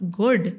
good